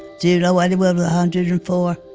do you know anyone a hundred and four?